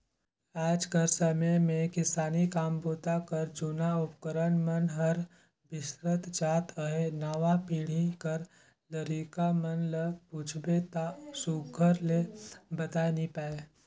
आएज कर समे मे किसानी काम बूता कर जूना उपकरन मन हर बिसरत जात अहे नावा पीढ़ी कर लरिका मन ल पूछबे ता सुग्घर ले बताए नी पाए